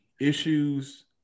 issues